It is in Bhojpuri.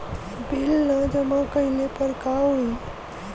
बिल न जमा कइले पर का होई?